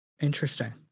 Interesting